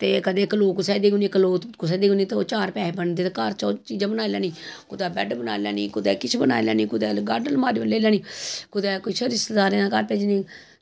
ते कदै इक कुसै गी देई ओड़नी इक कुसै गी बिकनी ते ओह् चार पैसे बनदे ते घर च होर चीजां बनाई लैन्नी कुतै बैड्ड बनाई लैन्नी कुतै किश बनाई लैन्नी कुतै गाडर लमारी लेई लैन्नी कुतै कुछ रिश्तेदारें दे घर भेजनी